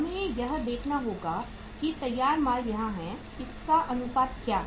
हमें यह देखना होगा और तैयार माल यहाँ हैं इसका अनुपात क्या है